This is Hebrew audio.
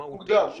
מהותית --- מוקדמת.